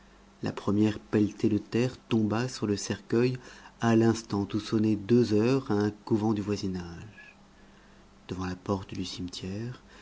la première pelletée de terre tomba sur le cercueil à l'instant où sonnaient deux heures à un couvent du voisinage devant la porte du cimetière